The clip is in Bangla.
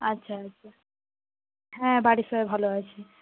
আচ্ছা আচ্ছা হ্যাঁ বাড়ির সবাই ভালো আছে